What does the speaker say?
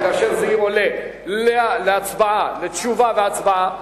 כאשר זה יועלה לתשובה והצבעה.